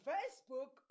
Facebook